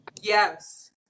yes